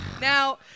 Now